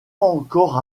encore